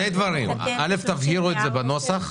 ראשית, תבהירו את זה בנוסח.